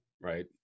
Right